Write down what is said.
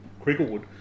Cricklewood